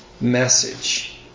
message